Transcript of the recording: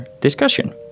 discussion